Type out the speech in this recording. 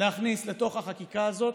להכניס לתוך החקיקה הזאת